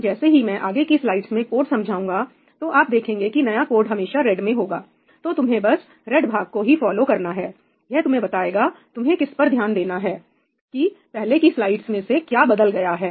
तो जैसे ही मैं आगे की स्लाइड्स में कोड समझाऊंगा तो आप देखेंगे कि नया कोड हमेशा रेड में होगा तो तुम्हें बस रेड भाग को ही करना है यह तुम्हें बताएगा तुम्हें किस पर ध्यान देना है कि पहले की स्लाइड्स में से क्या बदल गया है